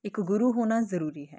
ਇੱਕ ਗੁਰੂ ਹੋਣਾ ਜ਼ਰੂਰੀ ਹੈ